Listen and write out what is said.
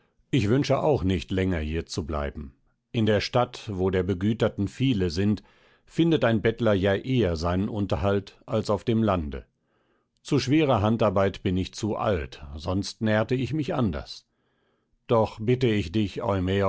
ich wünsche auch nicht länger hier zu bleiben in der stadt wo der begüterten viele sind findet ein bettler ja eher seinen unterhalt als auf dem lande zu schwerer handarbeit bin ich zu alt sonst nährte ich mich anders doch bitte ich dich